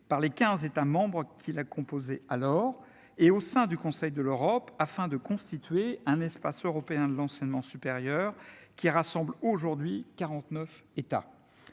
par les 15 États membres qui l'a composé alors et au sein du Conseil de l'Europe afin de constituer un espace européen de l'enseignement supérieur qui rassemble aujourd'hui 49 États,